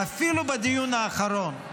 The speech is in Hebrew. אפילו בדיון האחרון,